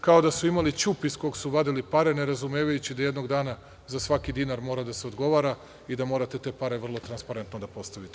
Kao da su imali ćup iz kog su vadili pare nerazumevajući da jednog dana za svaki dinar mora da se odgovara i da morate te pare vrlo transparentno da postavite.